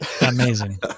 Amazing